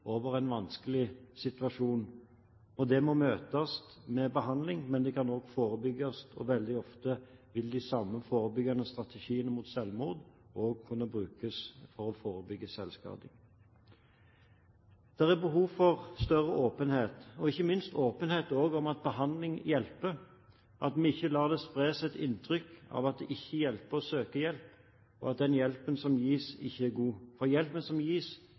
en vanskelig situasjon. Det må møtes med behandling, men det kan også forebygges. Veldig ofte vil de samme forebyggende strategiene mot selvmord også kunne brukes for å forebygge selvskading. Det er behov for større åpenhet og ikke minst også åpenhet om at behandling hjelper. Vi må ikke la det spres et inntrykk av at det ikke hjelper å søke hjelp, og at den hjelpen som gis, ikke er god. For hjelpen som gis,